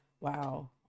Wow